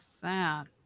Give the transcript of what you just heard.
sad